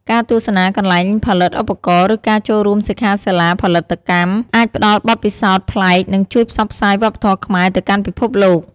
ការទស្សនាកន្លែងផលិតឧបករណ៍ ឬការចូលរួមសិក្ខាសាលាផលិតកម្ម អាចផ្តល់បទពិសោធន៍ប្លែក និងជួយផ្សព្វផ្សាយវប្បធម៌ខ្មែរទៅកាន់ពិភពលោក។